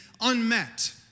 unmet